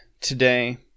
today